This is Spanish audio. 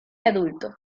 adulto